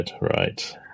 Right